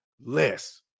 less